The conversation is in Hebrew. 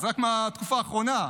וזה רק מהתקופה האחרונה.